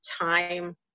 time